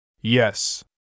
Yes